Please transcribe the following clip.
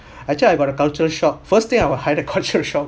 actually I got a cultural shock first thing I ever had a culture shock